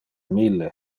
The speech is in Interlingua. mille